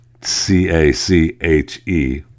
C-A-C-H-E